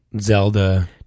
Zelda